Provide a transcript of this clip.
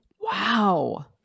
Wow